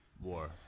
War